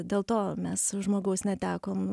dėl to mes žmogaus netekom